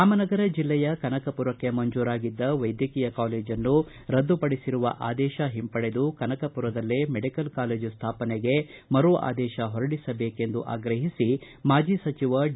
ರಾಮನಗರ ಜಿಲ್ಲೆಯ ಕನಕಪುರಕ್ಕೆ ಮಂಜೂರಾಗಿದ್ದ ವೈದ್ಯಕೀಯ ಕಾಲೇಜನ್ನು ರದ್ದುಪಡಿಸಿರುವ ಅದೇಶವನ್ನು ಹಿಂತೆಗೆದುಕೊಂಡು ಕನಕಪುರದಲ್ಲೇ ಮೆಡಿಕಲ್ ಕಾಲೇಜು ಸ್ಮಾಪನೆಗೆ ಮರು ಆದೇಶ ಹೊರಡಿಸಬೇಕೆಂದು ಆಗ್ರಹಿಸಿ ಮಾಜಿ ಸಚಿವ ಡಿ